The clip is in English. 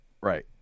Right